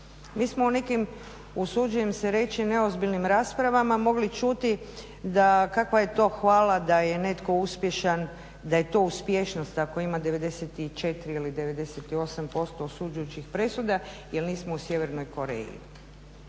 Mi smo u nekim usuđujem se reći neozbiljnim raspravama mogli čuti da kakva je to hvala da je netko uspješan, da je to uspješnost ako ima 94 ili 98% osuđujućih presuda jer nismo u Sjevernoj Koreji.